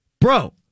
Bro